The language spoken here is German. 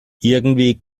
irgendwie